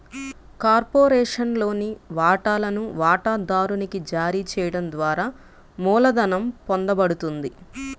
కార్పొరేషన్లోని వాటాలను వాటాదారునికి జారీ చేయడం ద్వారా మూలధనం పొందబడుతుంది